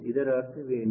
ಇದರ ಅರ್ಥವೇನು